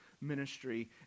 ministry